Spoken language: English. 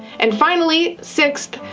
and finally, sixth,